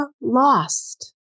lost